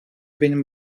benim